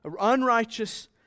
unrighteous